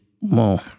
more